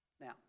Now